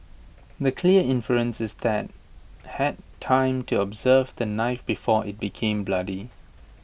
the clear inference is that had time to observe the knife before IT became bloody